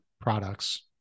products